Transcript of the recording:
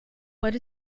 what